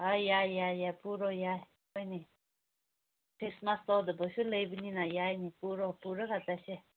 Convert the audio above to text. ꯍꯣꯏ ꯌꯥꯏ ꯌꯥꯏ ꯌꯥꯏ ꯄꯨꯔꯣ ꯌꯥꯏ ꯍꯣꯏꯅꯦ ꯈ꯭ꯔꯤꯁꯃꯥꯁ ꯌꯥꯎꯗꯧꯁꯨ ꯂꯩꯕꯅꯤꯅ ꯌꯥꯏꯅꯦ ꯄꯨꯔꯣ ꯄꯨꯔꯒ ꯆꯠꯁꯦ